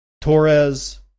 Torres